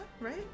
right